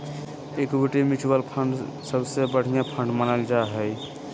equity mutual fund सबसे बढ़िया fund मानल जा हय